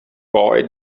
boy